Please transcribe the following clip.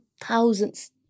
thousands